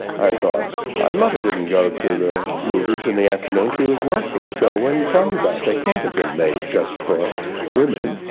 i thought my mother didn't go to the movies in the afternoon, she was working, so when you're talking about? they can't have been made just for women,